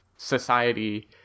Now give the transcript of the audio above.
society